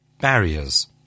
Barriers